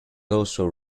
also